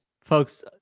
folks